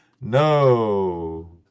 No